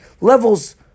levels